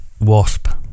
wasp